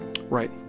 Right